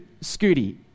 Scooty